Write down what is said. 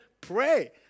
pray